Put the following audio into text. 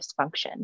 dysfunction